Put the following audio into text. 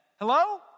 Hello